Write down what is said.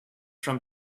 from